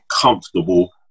comfortable